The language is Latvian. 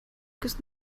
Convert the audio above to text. kas